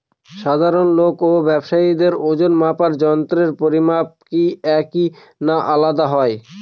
সাধারণ লোক ও ব্যাবসায়ীদের ওজনমাপার যন্ত্রের পরিমাপ কি একই না আলাদা হয়?